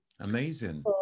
amazing